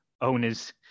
owners